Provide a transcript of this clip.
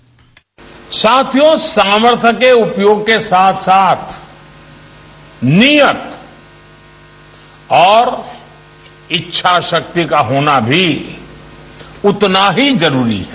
bite साथियों सामर्थ्य के उपयोग के साथ साथ नियत और इच्छाशक्ति का होना उतना ही जरूरी है